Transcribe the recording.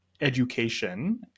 education